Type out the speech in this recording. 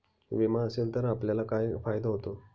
विमा असेल तर आपल्याला काय फायदा होतो?